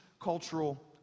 cultural